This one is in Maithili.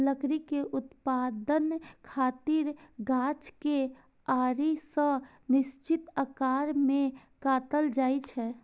लकड़ी के उत्पादन खातिर गाछ कें आरी सं निश्चित आकार मे काटल जाइ छै